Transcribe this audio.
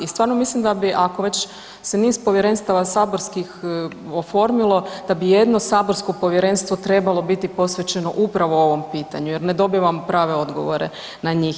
I stvarno mislim da bi ako već se niz povjerenstava saborskih oformilo da bi jedno saborsko povjerenstvo trebalo biti posvećeno upravo ovom pitanju jer ne dobivam prave odgovore na njih.